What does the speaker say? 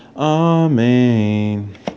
Amen